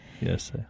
Yes